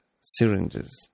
syringes